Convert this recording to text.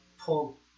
pull